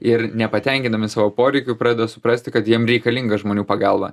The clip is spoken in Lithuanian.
ir nepatenkindami savo poreikių pradeda suprasti kad jiem reikalinga žmonių pagalba